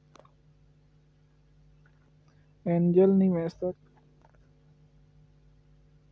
angel निवेशक केर व्यापार दूत या अनौपचारिक निवेशक कहल जाइ छै